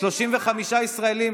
שבית המשפט אישר.